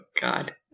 God